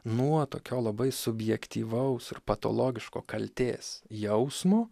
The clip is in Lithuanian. nuo tokio labai subjektyvaus ir patologiško kaltės jausmo